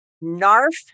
Narf